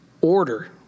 order